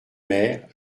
maire